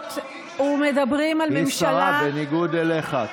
מדברות ומדברים על ממשלה, היא שרה, בניגוד אליך.